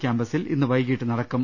ക്യാമ്പസിൽ ഇന്ന് വൈകീട്ട് നടക്കും